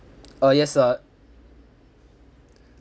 ah yes sir